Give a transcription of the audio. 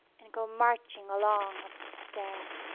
and go marching along up the stair.